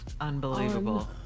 unbelievable